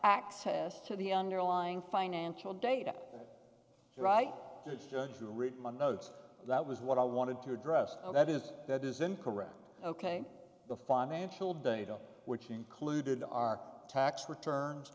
access to the underlying financial data right it's judge you read my notes that was what i wanted to address that is that is incorrect ok the financial data which included our tax returns